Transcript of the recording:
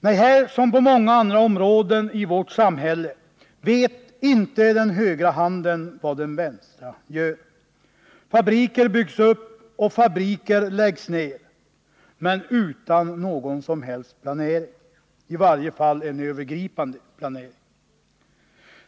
Nej, här som på så många andra områden i vårt samhälle vet inte den högra handen vad den vänstra gör. Fabriker byggs upp och fabriker läggs ner utan någon som helst planering — i varje fall inte någon övergripande planering.